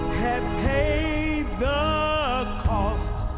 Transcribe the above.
had paid the cost